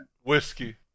Whiskey